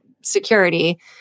security